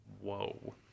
whoa